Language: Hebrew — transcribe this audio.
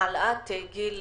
העלאת גיל